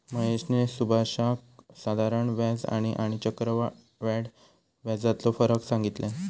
महेशने सुभाषका साधारण व्याज आणि आणि चक्रव्याढ व्याजातलो फरक सांगितल्यान